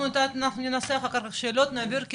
אנחנו ננסח אחר כך שאלות ונעביר,